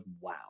wow